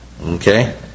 Okay